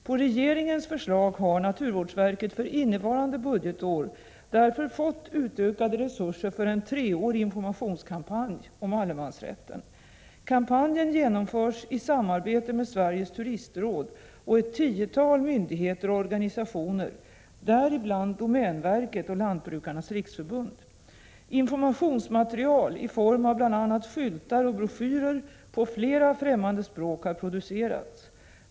På regeringens förslag har naturvårdsverket för innevarande budgetår därför fått utökade resurser för en treårig informationskampanj om allemansrätten. Kampanjen genomförs i samarbete med Sveriges turistråd och ett tiotal myndigheter och organisationer, däribland domänverket och Lantbrukarnas riksförbund. Informationsmaterial i form av bl.a. skyltar och broschyrer på flera främmande språk har producerats.